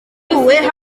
ivuwe